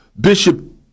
Bishop